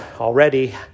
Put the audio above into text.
already